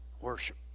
Worship